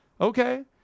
Okay